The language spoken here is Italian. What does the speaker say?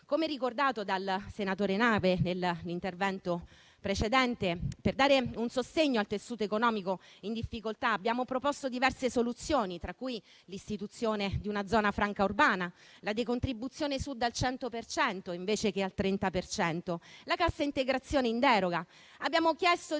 Come ricordato dal senatore Nave nell'intervento precedente, per dare un sostegno al tessuto economico in difficoltà abbiamo proposto diverse soluzioni, tra cui l'istituzione di una zona franca urbana, la decontribuzione Sud al 100 per cento invece che al 30 per cento, la cassa integrazione in deroga.